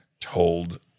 told